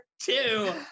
two